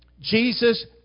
Jesus